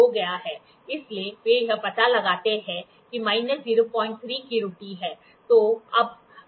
इसलिए वे यह पता लगाते हैं कि माइनस 03 की त्रुटि है